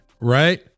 Right